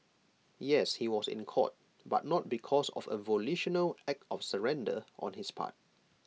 yes he was in court but not because of A volitional act of surrender on his part